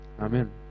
Amen